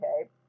okay